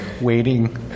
waiting